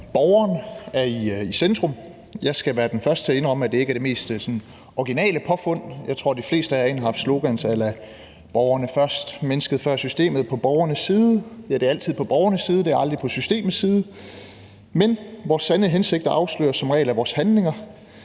borgeren er i centrum. Jeg skal være den første til at indrømme, at det ikke er det mest originale påfund. Jeg tror, de fleste af jer egentlig har slogans a la borgerne først, mennesket før systemet, på borgernes side – man er altid på borgernes side, man er aldrig på systemets side. Men vor sande hensigter afsløres som regel af vores handlinger: